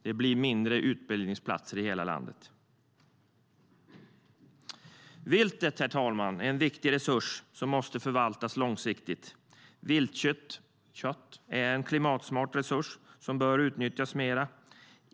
Det blir färre utbildningsplatser i hela landet. Viltet, herr talman, är en viktig resurs som måste förvaltas långsiktigt. Viltkött är en klimatsmart resurs som bör utnyttjas mer.